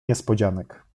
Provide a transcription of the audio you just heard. niespodzianek